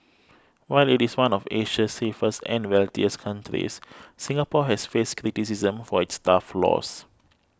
while it is one of Asia's safest and wealthiest countries Singapore has faced criticism for its tough laws